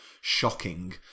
shocking